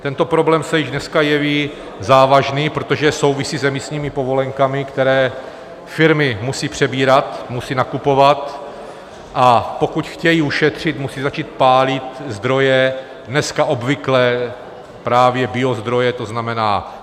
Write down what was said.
Tento problém se již dneska jeví závažný, protože souvisí s emisními povolenkami, které firmy musí přebírat, musí nakupovat, a pokud chtějí ušetřit, musí začít pálit zdroje dneska obvyklé, právě biozdroje, to znamená štěpku a další záležitosti.